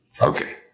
Okay